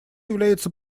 является